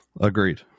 Agreed